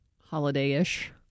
holiday-ish